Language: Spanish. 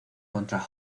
contra